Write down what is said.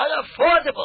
unaffordable